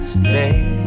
stay